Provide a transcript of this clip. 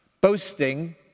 Boasting